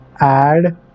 add